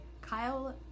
Kyle